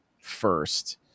first